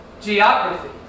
Geography